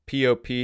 POP